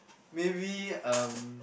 maybe um